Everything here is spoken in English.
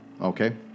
Okay